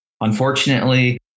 unfortunately